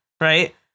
Right